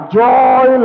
joy